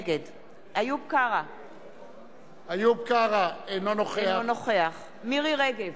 נגד איוב קרא, אינו נוכח מירי רגב,